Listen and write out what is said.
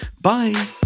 Bye